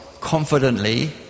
confidently